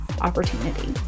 opportunity